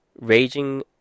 Raging